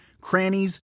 crannies